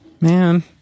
Man